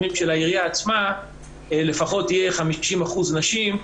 שבפרסומים של העירייה עצמה יהיו לפחות 50% נשים,